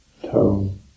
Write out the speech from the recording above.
tone